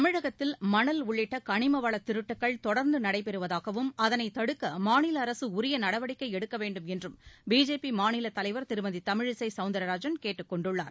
தமிழகத்தில் மணல் உள்ளிட்ட கனிம வள திருட்டுகள் தொடர்ந்து நடைபெறுவதாகவும் அதனை தடுக்க மாநில அரசு உரிய நடவடிக்கை எடுக்க வேண்டும் என்றும் பிஜேபி மாநிலத் தலைவர் திருமதி தமிழிசை சௌந்தரராஜன் கேட்டுக் கொண்டுள்ளர்